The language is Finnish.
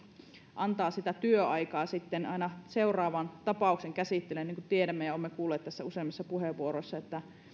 antaa sitä työaikaa aina seuraavan tapauksen käsittelyyn niin kuin tiedämme ja olemme kuulleet useammissa puheenvuoroissa